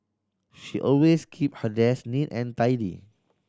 she always keep her desk neat and tidy